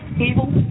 evil